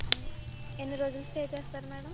ఎన్ని రోజులు స్టే చేస్తారు మేడం